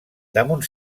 damunt